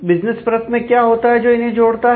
business परत में क्या होता है जो इन्हें जोड़ता है